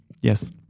Yes